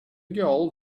girl